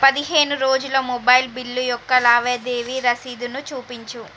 పదిహేను రోజుల mobile bill యొక్క లావాదేవీ రసీదును చూపించు